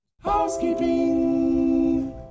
Housekeeping